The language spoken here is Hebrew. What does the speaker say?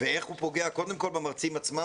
ואיך הוא פוגע קודם כול במרצים עצמם,